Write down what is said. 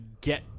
get